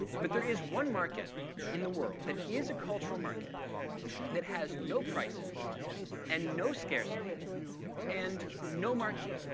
but there is one market in the world that is a cultural market that has no prices and no scarcity and no market.